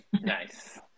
Nice